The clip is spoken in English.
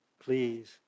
please